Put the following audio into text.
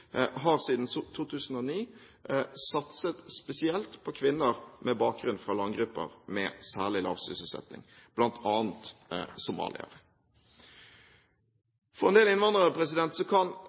har siden 2009 satset spesielt på kvinner med bakgrunn fra landgrupper med særlig lav sysselsetting, bl.a. somaliere. For en del innvandrere kan